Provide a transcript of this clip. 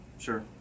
Sure